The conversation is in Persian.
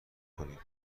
کنیم